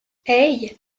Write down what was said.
hey